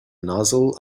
nozzle